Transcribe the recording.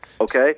Okay